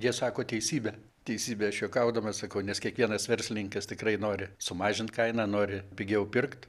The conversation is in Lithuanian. jie sako teisybę teisybę aš juokaudamas sakau nes kiekvienas verslininkas tikrai nori sumažint kainą nori pigiau pirkt